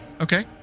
Okay